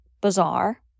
bizarre